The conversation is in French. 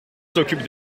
s’occupe